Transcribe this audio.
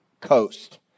coast